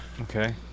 Okay